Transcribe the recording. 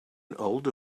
older